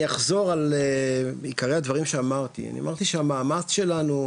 אני אחזור על עיקרי הדברים שאמרתי: אני אמרתי שהמאמץ שלנו,